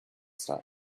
start